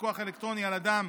פיקוח אלקטרוני על אדם